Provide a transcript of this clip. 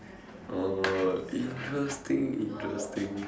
oh interesting interesting